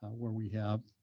ah where we have,